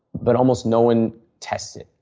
but almost no one tests it.